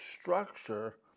structure